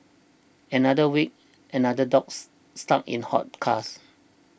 another week another dogs stuck in hot cars